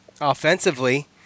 offensively